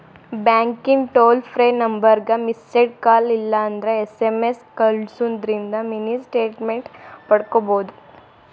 ಬ್ಯಾಂಕಿಂದ್ toll free ನಂಬರ್ಗ missed call ಇಲ್ಲಂದ್ರ ಎಸ್.ಎಂ.ಎಸ್ ಕಲ್ಸುದಿಂದ್ರ ಮಿನಿ ಸ್ಟೇಟ್ಮೆಂಟ್ ಪಡ್ಕೋಬೋದು